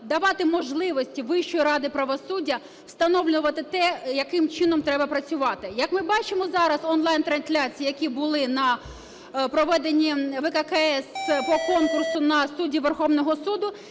давати можливість Вищій раді правосуддя встановлювати те, яким чином треба працювати. Як ми бачимо зараз онлайн-трансляції, які були на проведенні ВККС по конкурсу на суддів Верховного Суду,